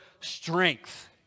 strength